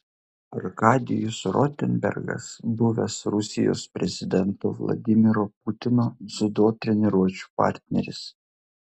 arkadijus rotenbergas buvęs rusijos prezidento vladimiro putino dziudo treniruočių partneris